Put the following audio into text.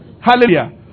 Hallelujah